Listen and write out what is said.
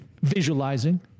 Visualizing